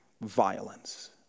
violence